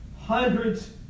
hundreds